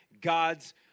God's